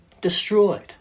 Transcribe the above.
destroyed